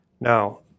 Now